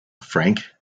frank